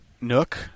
nook